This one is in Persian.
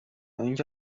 اینکه